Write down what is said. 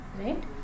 right